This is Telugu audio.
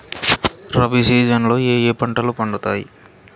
రబి సీజన్ లో ఏ ఏ పంటలు పండుతాయి